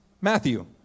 Matthew